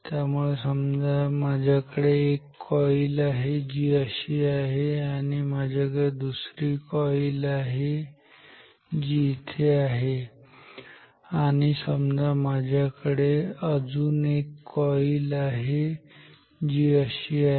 त्यामुळे समजा माझ्याकडे एक कॉईल आहे जी अशी आहे आणि माझ्याकडे दुसरी कॉईल इथे आहे आणि समजा माझ्याकडे अजून एक कॉईल आहे जी अशी आहे